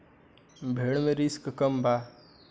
भेड़ मे रिस्क कम बा